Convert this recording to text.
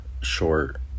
short